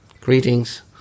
Greetings